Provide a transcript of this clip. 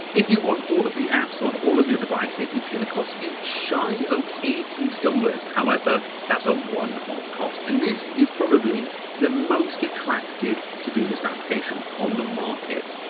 if you want all of the apps on all of your devices, it's gonna cost you shy of eighty dollars. however, that's a one off cost and this is probably the most attractive to do list application on the market.